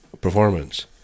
performance